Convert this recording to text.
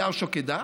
ביער שוקדה,